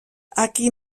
aquí